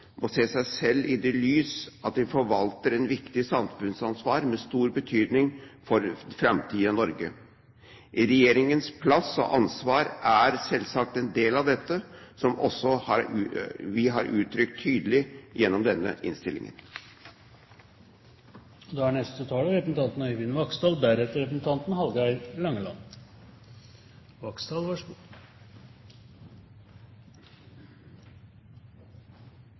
må se seg selv i dét lys at de forvalter et viktig samfunnsansvar med stor betydning for det framtidige Norge. Regjeringens plass og ansvar er selvsagt en del av dette, som vi også har uttrykt tydelig gjennom denne innstillingen. I Riksrevisjonens rapport slås det fast at Enovas realiserte energiresultater er